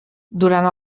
durant